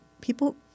people